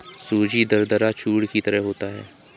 सूजी दरदरा चूर्ण की तरह होता है